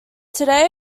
today